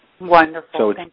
Wonderful